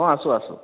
অ' আছোঁ আছোঁ